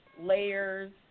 layers